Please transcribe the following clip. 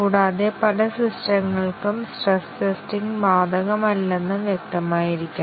കൂടാതെ പല സിസ്റ്റങ്ങൾക്കും സ്ട്രെസ് ടെസ്റ്റിംഗ് ബാധകമല്ലെന്ന് വ്യക്തമായിരിക്കണം